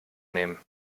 nehmen